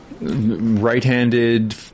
Right-handed